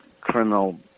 criminal